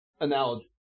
analogy